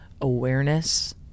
awareness